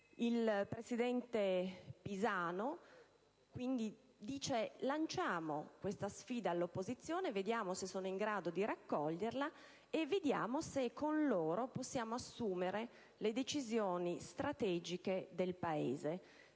Il presidente Pisanu dice: lanciamo questa sfida alle opposizioni, vediamo se sono in grado di raccoglierla e vediamo se con loro possiamo assumere le decisioni strategiche del Paese,